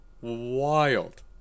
wild